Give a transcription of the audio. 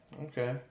Okay